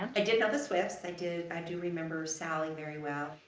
i did know the swift's. i do and do remember sally very well.